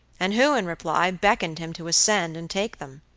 and who, in reply, beckoned him to ascend and take them.